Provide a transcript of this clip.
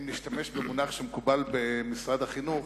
אם נשתמש במושג שמקובל במשרד החינוך,